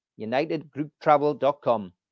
unitedgrouptravel.com